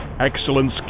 Excellence